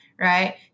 right